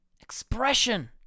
Expression